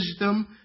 wisdom